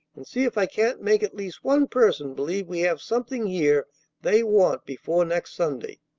and see if i can't make at least one person believe we have something here they want before next sunday.